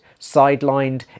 sidelined